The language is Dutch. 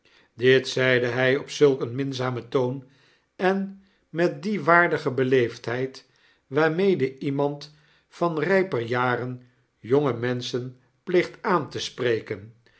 dit zeide hjj op zulk een minzamen toon en met die waardige beleefdheid waarmede iemand van ryper jaren jonge menschen pleegt aan te sj